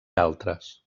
altres